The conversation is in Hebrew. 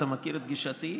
אתה מכיר את גישתי,